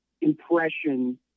impression